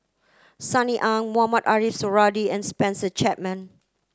Sunny Ang Mohamed Ariff Suradi and Spencer Chapman